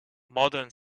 modern